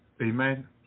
amen